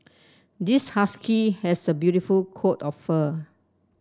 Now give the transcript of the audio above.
this husky has a beautiful coat of fur